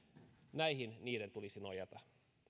tulisi nojata